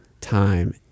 time